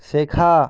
শেখা